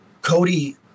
Cody